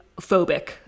phobic